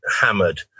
hammered